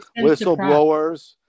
whistleblowers